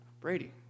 Brady